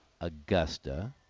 Augusta